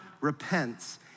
repents